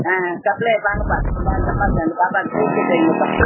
ஆ supplier வாங்கப்பா இந்தா இந்த பாக்கு அந்த பாப்பாவுக்கு பூரி செட்டு வையுங்கப்பா